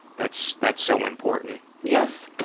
that's that's so important. yes,